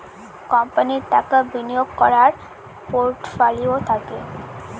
কোম্পানির টাকা বিনিয়োগ করার পোর্টফোলিও থাকে